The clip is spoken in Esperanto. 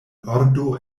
ordo